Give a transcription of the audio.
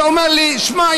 אתה אומר לי: שמע,